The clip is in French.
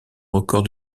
record